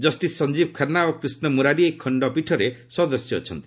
justice Sanjiv Khanna ଓ କ୍ରିଷ୍ଣାମୁରାରୀ ଏହି ଖଣ୍ଡପୀଠରେ ସଦସ୍ୟ ଅଛନ୍ତି